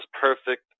perfect